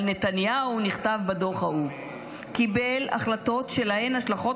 על נתניהו נכתב בדוח שהוא "קיבל החלטות שלהן השלכות